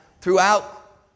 throughout